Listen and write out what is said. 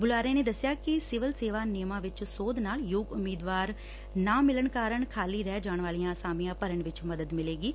ਬੁਲਾਰੇ ਨੇ ਦਸਿਆ ਕਿ ਸਿਵਲ ਸੇਵਾ ਨਿਯਮਾਂ ਵਿਚ ਸੋਧ ਨਾਲ ਯੋਗ ਉਮੀਦਵਾਰ ਨਾ ਮਿਲਣ ਕਾਰਨ ਖਾਲੀ ਰਹਿ ਜਾਣ ਵਾਲੀਆਂ ਅਸਾਮੀਆਂ ਭਰਨ ਵਿਚ ਮਦਦ ਮਿਲੇਗੀ